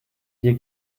hier